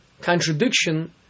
contradiction